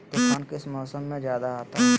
तूफ़ान किस मौसम में ज्यादा आता है?